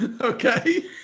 Okay